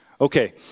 Okay